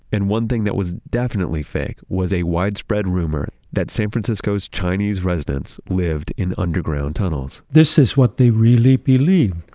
and one thing that was definitely fake was a widespread rumor that san francisco's chinese residents lived in underground tunnels this is what they really believe,